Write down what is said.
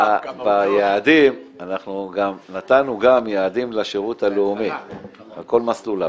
ביעדים אנחנו נתנו גם יעדים לשירות הלאומי על כל מסלוליו,